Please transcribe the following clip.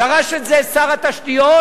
דרש את זה שר התשתיות,